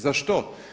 Za što?